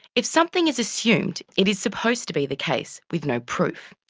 if something is assumed, it is supposed to be the case with no proof.